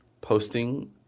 posting